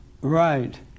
Right